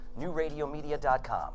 Newradiomedia.com